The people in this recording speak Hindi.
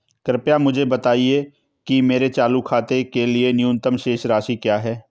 कृपया मुझे बताएं कि मेरे चालू खाते के लिए न्यूनतम शेष राशि क्या है